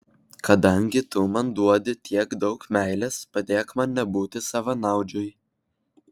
kadangi tu man duodi tiek daug meilės padėk man nebūti savanaudžiui